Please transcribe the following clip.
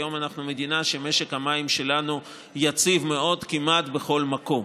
והיום אנחנו מדינה שמשק המים שלה יציב מאוד כמעט בכל מקום.